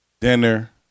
Dinner